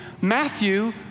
Matthew